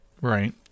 Right